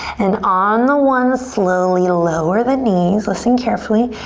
and on the one, slowly lower the knees. listen carefully.